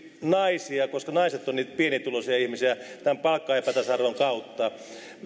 naisia koska naiset ovat niitä pienituloisia ihmisiä tämän palkkaepätasa arvon kautta